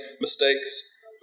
mistakes